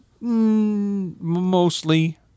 mostly